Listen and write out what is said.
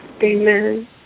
Amen